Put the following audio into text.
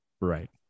Right